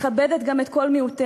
שמכבדת גם את כל מיעוטיה.